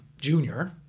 junior